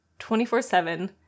24-7